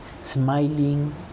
smiling